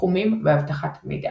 תחומים באבטחת מידע